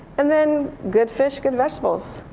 and then good fish, good vegetables.